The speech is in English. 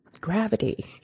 gravity